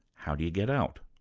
how do you get out?